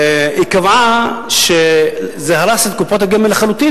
היא קבעה שזה הרס את קופות הגמל לחלוטין